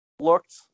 looked